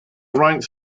ranks